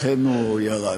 לכן הוא ירד.